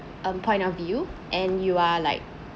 um point of view and you're like